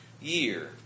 year